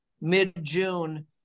mid-June